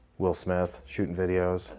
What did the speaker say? will smith shooting videos.